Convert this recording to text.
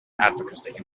advocacy